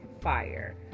fire